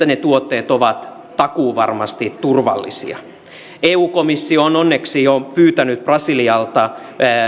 ne tuotteet ovat takuuvarmasti turvallisia eu komissio on onneksi jo pyytänyt brasilialta